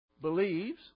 Believes